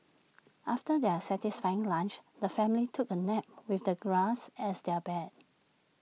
after their satisfying lunch the family took A nap with the grass as their bed